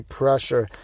pressure